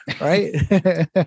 right